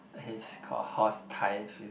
it's call horse tires you